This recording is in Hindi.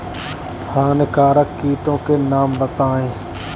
हानिकारक कीटों के नाम बताएँ?